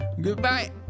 goodbye